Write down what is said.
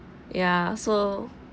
ya so